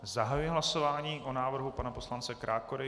Zahajuji hlasování o návrhu pana poslance Krákory.